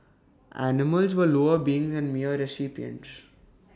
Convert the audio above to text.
animals were lower beings and mere recipients